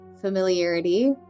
familiarity